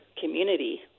community